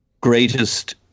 greatest